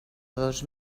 dos